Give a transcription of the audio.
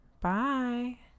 bye